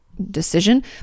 decision